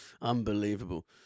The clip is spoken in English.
Unbelievable